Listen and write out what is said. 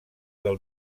del